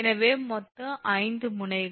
எனவே 5 மொத்த முனைகள்